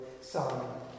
son